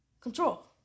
control